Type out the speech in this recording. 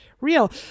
real